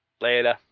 later